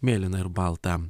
mėlyna ir balta